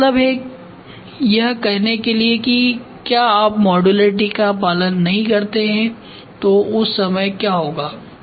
इसका मतलब है यह कहने के लिए कि क्या आप मॉडुलरिटी का पालन नहीं करते हैं तो उस समय क्या होगा